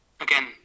again